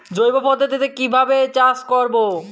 জৈব পদ্ধতিতে কিভাবে চাষ করব?